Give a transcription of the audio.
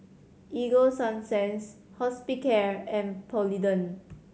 Ego Sunsense Hospicare and Polident